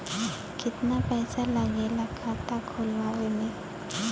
कितना पैसा लागेला खाता खोलवावे में?